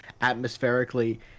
Atmospherically